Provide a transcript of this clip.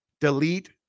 delete